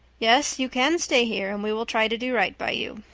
yes, you can stay here and we will try to do right by you.